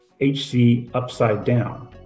HCUpsideDown